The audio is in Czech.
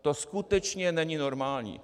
To skutečně není normální.